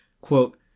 quote